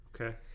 Okay